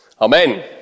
Amen